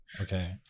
Okay